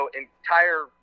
entire